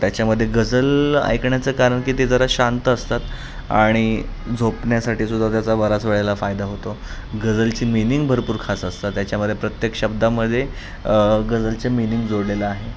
त्याच्यामध्ये गझल ऐकण्याचं कारण की ते जरा शांत असतात आणि झोपण्यासाठी सुद्धा त्याचा बराच वेळेला फायदा होतो गझलची मिनिंग भरपूर खास असतात त्याच्यामध्ये प्रत्येक शब्दामध्ये गझलचे मीनिंग जोडलेलं आहे